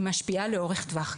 היא משפיעה לאורך טווח,